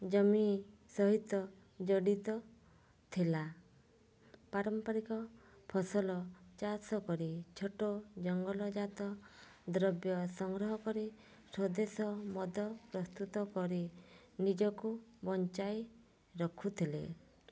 ଜମି ସହିତ ଜଡ଼ିତ ଥିଲା ପାରମ୍ପରିକ ଫସଲ ଚାଷ କରି ଛୋଟ ଜଙ୍ଗଲ ଜାତ ଦ୍ରବ୍ୟ ସଂଗ୍ରହ କରି ସ୍ୱଦେଶ ମଦ ପ୍ରସ୍ତୁତ କରି ନିଜକୁ ବଞ୍ଚାଇ ରଖୁଥିଲେ